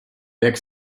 jak